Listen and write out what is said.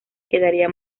quedaría